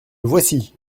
voici